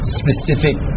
specific